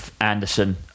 Anderson